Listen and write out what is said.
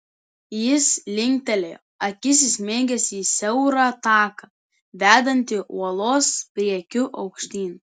jis linktelėjo akis įsmeigęs į siaurą taką vedantį uolos priekiu aukštyn